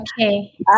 Okay